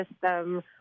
system